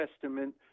Testament